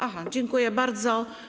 Aha, dziękuję bardzo.